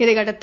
இதையடுத்து